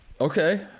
okay